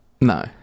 No